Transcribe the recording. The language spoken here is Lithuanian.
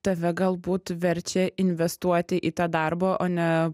tave galbūt verčia investuoti į tą darbą o ne